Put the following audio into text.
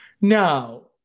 No